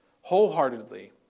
wholeheartedly